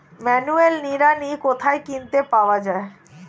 Manual নিড়ানি কোথায় কিনতে পাওয়া যায়?